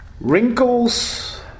Wrinkles